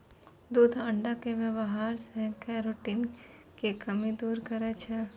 दूध अण्डा के वेवहार से केरोटिन के कमी दूर करै छै